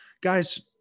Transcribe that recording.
Guys